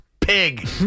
pig